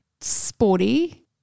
sporty